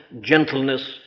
gentleness